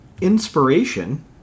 inspiration